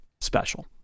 special